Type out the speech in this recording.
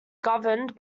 governed